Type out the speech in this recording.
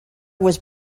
was